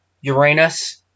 Uranus